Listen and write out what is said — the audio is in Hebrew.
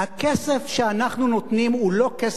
הכסף שאנחנו נותנים הוא לא כסף שלנו,